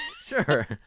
Sure